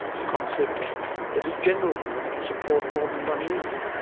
a concept that is general enough to support more than one meaning.